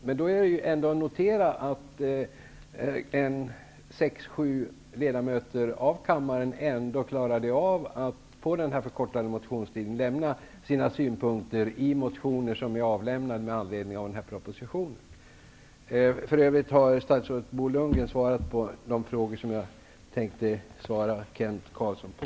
Man kan då konstatera att sex eller sju ledamöter trots den knappa tiden klarade av att i motioner med anledning av propositionen framföra sina synpunkter. För övrigt har statsrådet Bo Lundgren besvarat de frågor från Kent Carlsson som jag hade tänkt svara på.